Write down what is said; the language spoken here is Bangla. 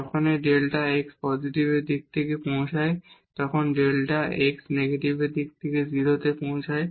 যখন এই ডেল্টা x পসিটিভ দিক থেকে 0 এ পৌঁছায় তখন ডেল্টা x নেগেটিভ দিক থেকে 0 এ পৌঁছায়